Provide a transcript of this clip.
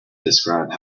describe